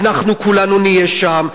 אנחנו כולנו נהיה שם,